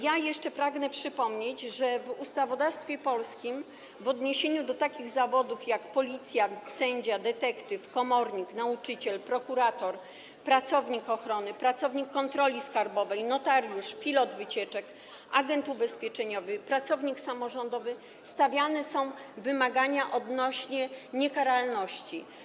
Jeszcze pragnę przypomnieć, że w ustawodawstwie polskim w odniesieniu do takich zawodów jak policjant, sędzia, detektyw, komornik, nauczyciel, prokurator, pracownik ochrony, pracownik kontroli skarbowej, notariusz, pilot wycieczek, agent ubezpieczeniowy, pracownik samorządowy stawiane są wymagania odnośnie do niekaralności.